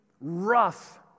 rough